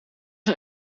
een